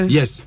Yes